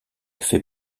fait